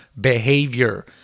behavior